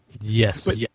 Yes